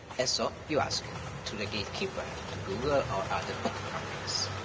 and so you ask to the gatekeeper, to google or other big companies.